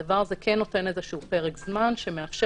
הדבר הזה כן נותן איזשהו פרק זמן שמאפשר